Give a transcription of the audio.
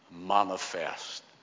Manifest